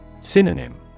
Synonym